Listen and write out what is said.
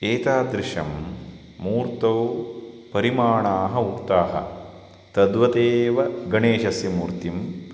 एतादृशं मूर्तौ परिमाणाः उक्ताः तद्वदेव गणेशस्य मूर्तिं